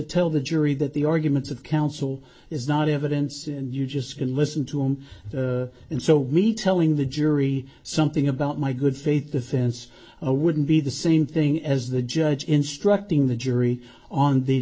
tell the jury that the arguments of counsel is not evidence and you just can listen to him and so me telling the jury something about my good faith defense wouldn't be the same thing as the judge instructing the jury on the